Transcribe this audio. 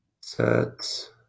Set